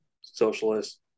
socialist